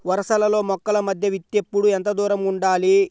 వరసలలో మొక్కల మధ్య విత్తేప్పుడు ఎంతదూరం ఉండాలి?